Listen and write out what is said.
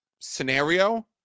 scenario